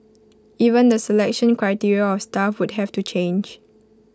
even the selection criteria of staff would have to change